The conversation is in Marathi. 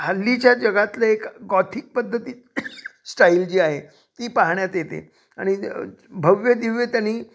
हल्लीच्या जगातलं एक गॉथिक पद्धती स्टाईल जी आहे ती पाहण्यात येते आणि भव्य दिव्य त्यांनी